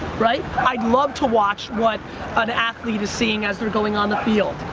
right? i'd love to watch what an athlete is seeing as they're going on the field.